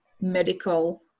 medical